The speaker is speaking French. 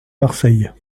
marseille